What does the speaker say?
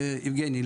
יבגני,